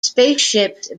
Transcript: spaceships